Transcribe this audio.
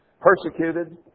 persecuted